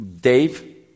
Dave